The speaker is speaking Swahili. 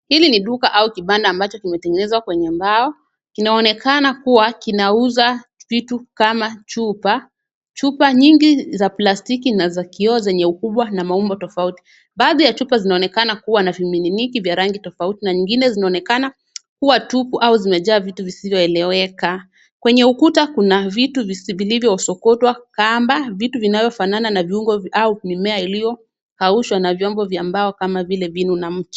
Hili ni duka au kibanda amacho kimetengenezwa kwenye mbao. Kinaonekana kuwa kinauza vitu kama chupa nyingi za plastiki na za kioo zenye ukubwa na maumbo tofauti. Baadhi ya chupa zinaonekana kuwa na vimiminiki vya rangi tofauti na nyingine zinaonekana kuwa tupu au vimejaa vitu visivyoeleweka. Kwenye ukuta kuna vitu vilivyosokotwa kamba, vitu vinavyofanana na viungo au mimea iliyokaushwa na vyombo vya mbao kama vile vinu na mchi.